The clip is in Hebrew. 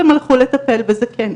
והן הלכו לטפל בזקן.